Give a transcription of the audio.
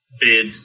bid